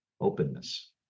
openness